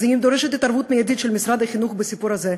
אז אני דורשת התערבות מיידית של משרד החינוך בסיפור הזה.